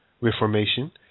Reformation